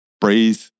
breathe